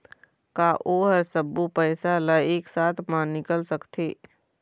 का ओ हर सब्बो पैसा ला एक साथ म निकल सकथे?